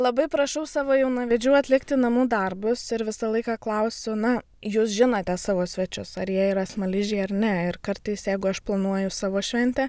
labai prašau savo jaunavedžių atlikti namų darbus ir visą laiką klausiu na jūs žinote savo svečius ar jie yra smaližiai ar ne ir kartais jeigu aš planuoju savo šventę